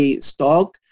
stock